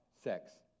sex